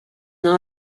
not